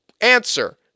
Answer